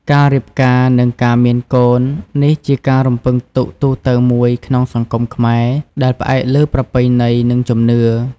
ការរៀបការ និងការមានកូន នេះជាការរំពឹងទុកទូទៅមួយក្នុងសង្គមខ្មែរដែលផ្អែកលើប្រពៃណី និងជំនឿ។